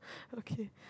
okay